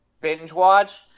Binge-watch